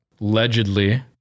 allegedly